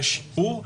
יש שיפור,